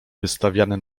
wystawiany